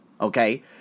okay